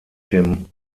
dem